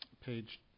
page